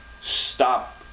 stop